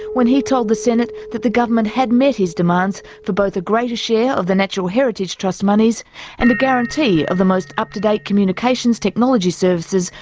when he told the senate that the government had met his demands for both a greater share of the natural heritage trust monies and a guarantee of the most up-to-date communications technology services,